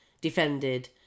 defended